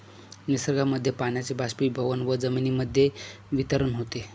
निसर्गामध्ये पाण्याचे बाष्पीभवन व जमिनीमध्ये वितरण होते